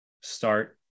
Start